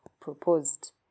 proposed